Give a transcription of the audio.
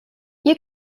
you